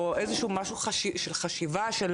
או איזשהו משהו של חשיבה של